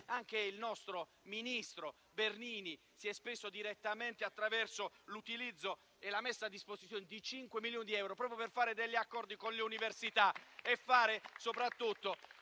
Anche il nostro ministro Bernini si è speso direttamente attraverso l'utilizzo e la messa a disposizione di 5 milioni di euro, per fare degli accordi con le università e soprattutto